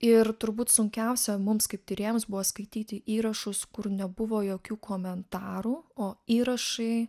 ir turbūt sunkiausia mums kaip tyrėjams buvo skaityti įrašus kur nebuvo jokių komentarų o įrašai